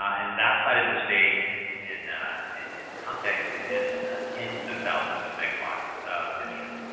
and that side of the state in in context is tens of thousands of megawatts of demand.